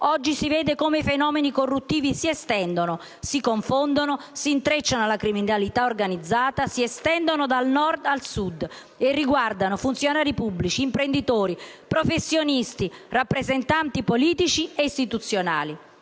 oggi si vede come i fenomeni corruttivi si estendano, si confondano, si intreccino alla criminalità organizzata, vadano da Nord a Sud e riguardino funzionari pubblici, imprenditori, professionisti, rappresentanti politici e istituzionali.